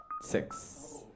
Six